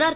R